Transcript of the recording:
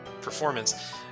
performance